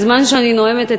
בזמן שאני נואמת,